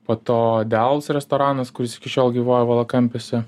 po to dels restoranas kuris iki šiol gyvuoja valakampiuose